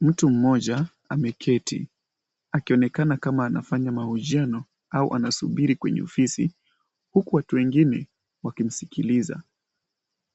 Mtu mmoja ameketi akionekana kama anafanya mahojiano au anasubiri kwenye ofisi huku watu wengine wakimsikiliza.